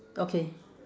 okay